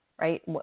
right